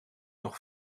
nog